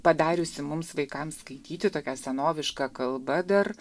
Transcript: padariusi mums vaikams skaityti tokia senoviška kalba dar